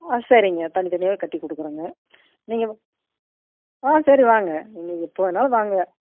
ஆ சரிங்க தனி தனியாகவே கட்டி கொடுக்குறேங்க நீங்கள் ஆ சரி வாங்க நீங்கள் எப்போ வேணாலும் வாங்க